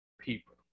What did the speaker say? people